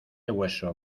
hueso